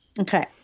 Okay